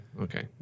Okay